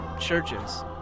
Churches